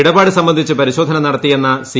ഇടപാട് സംബന്ധിച്ച് പരിശോധന നടത്തിയെന്ന സി